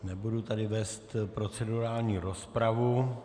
Nebudu tady vést procedurální rozpravu.